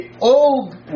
old